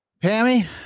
Pammy